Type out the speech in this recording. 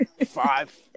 five